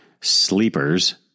sleepers